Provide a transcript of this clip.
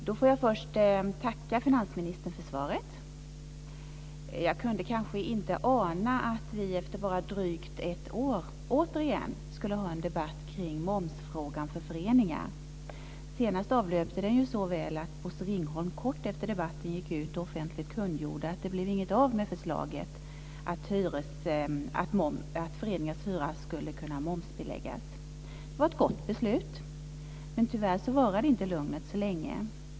Fru talman! Jag vill första tacka finansministern för svaret. Jag kunde kanske inte ana att vi efter bara drygt ett år återigen skulle ha en debatt kring momsfrågan för föreningar. Senast avlöpte den ju så väl att Bosse Ringholm kort efter debatten gick ut och offentligt kungjorde att det inte blev något av förslaget om att föreningars hyra skulle kunna momsbeläggas. Det var ett gott beslut. Men tyvärr varade inte lugnet så länge.